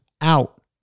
out